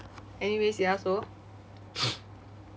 anyways ya so